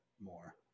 more